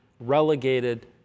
relegated